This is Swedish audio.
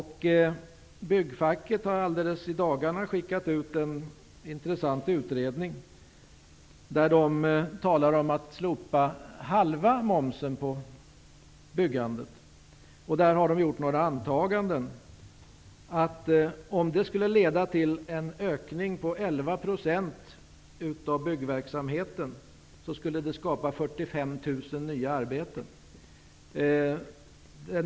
Byggfacket har i dagarna skickat ut en intressant utredning, där det talas om att slopa halva momsen på byggandet. Man har gjort några antaganden. Om nämnda åtgärd skulle leda till en ökning om 11 % beträffande byggverksamheten, skulle det skapa 45 000 nya arbeten.